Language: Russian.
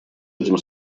этим